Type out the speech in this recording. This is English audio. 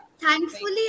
Thankfully